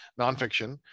nonfiction